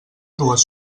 dues